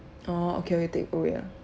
orh okay okay take away ah